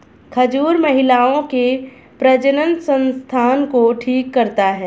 खजूर महिलाओं के प्रजननसंस्थान को ठीक करता है